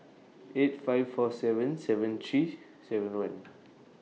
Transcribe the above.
eight five four seven seven three seven one